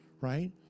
right